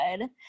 good